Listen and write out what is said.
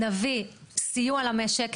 נביא סיוע למשק,